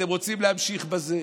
אתם רוצים להמשיך בזה?